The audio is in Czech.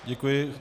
Děkuji.